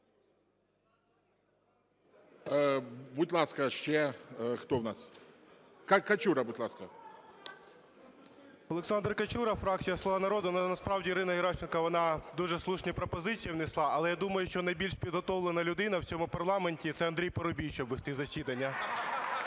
Будь ласка, ще хто в нас? Качура, будь ласка. 11:37:07 КАЧУРА О.А. Олександр Качура, фракція "Слуга народу". Насправді Ірина Геращенко вона дуже слушні пропозиції внесла, але я думаю, що найбільш підготовлена людина в цьому парламенті – це Андрій Парубій, щоб вести засідання.